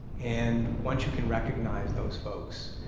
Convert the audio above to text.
and once you can recognize those folks,